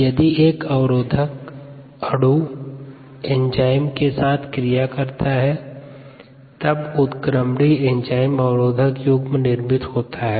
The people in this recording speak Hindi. यदि एक अवरोधक अणु एंजाइम के साथ क्रिया करता है तब उत्क्रमणीय एंजाइम अवरोधक युग्म निर्मित होता है